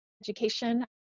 education